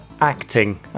acting